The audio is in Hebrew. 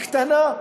היא קטנה,